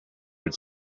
its